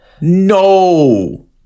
no